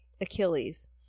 Achilles